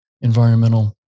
environmental